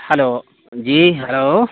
hello جی hello